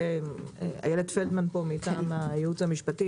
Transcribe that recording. אילת פלדמן נמצאת פה מטעם משרד המשפטים,